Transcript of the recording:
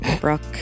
Brooke